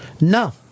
No